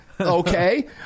Okay